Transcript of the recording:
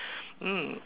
mm